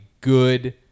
good